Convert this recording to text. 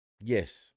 Yes